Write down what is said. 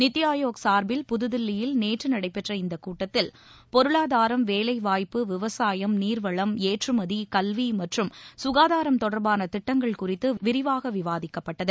நித்தி ஆயோக் சார்பில் புதுதில்லியில் நேற்று நடைபெற்ற இந்தக் கூட்டத்தில் பொருளாதாரம் வேலை வாய்ப்பு விவசாயம் நீர்வளம் ஏற்றுமதி கல்வி மற்றும் குகாதாரம் தொடர்பான திட்டங்கள் குறித்து விரிவாக விவாதிக்கப்பட்டது